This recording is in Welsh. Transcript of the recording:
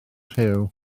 rhyw